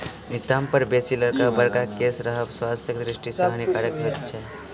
नितंब पर बेसी बड़का बड़का केश रहब स्वास्थ्यक दृष्टि सॅ हानिकारक होइत छै